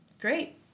great